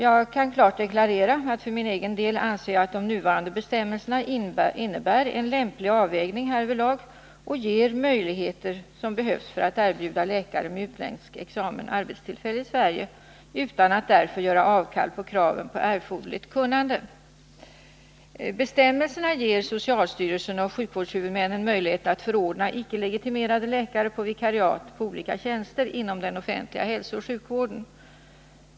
Jag kan klart deklarera att jag för egen del anser att man med de nuvarande bestämmelserna får en lämplig avvägning härvidlag, liksom man får de möjligheter som behövs att erbjuda läkare med utländsk examen arbetstillfällen i Sverige utan att man därför tvingas göra avkall på kraven på erforderligt kunnande. Bestämmelserna ger socialstyrelsen och sjukvårdshuvudmännen möjlighet att förordna icke legitimerade läkare på vikariat på olika tjänster inom den offentliga hälsooch sjukvården.